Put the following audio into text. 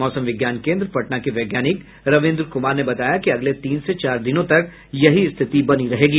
मौसम विज्ञान केन्द्र पटना के वैज्ञानिक रविन्द्र कुमार ने बताया कि अगले तीन से चार दिनों तक यही स्थिति बनी रहेगी